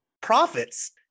profits